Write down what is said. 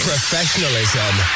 Professionalism